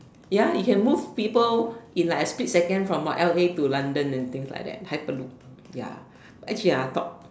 ya it can move people in like a split second from what L_A to London and things like that hyperloop ya actually ah top